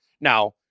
now